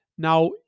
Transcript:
Now